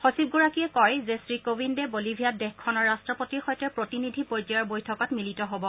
সচিবগৰাকীয়ে কয় যে শ্ৰীকোৱিন্দে বলীভিয়াত দেশখনৰ ৰাট্ৰপতিৰ সৈতে প্ৰতিনিধি পৰ্যায়ৰ বৈঠকত মিলিত হ'ব